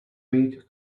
weak